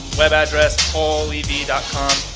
web address paullevy and com.